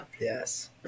Yes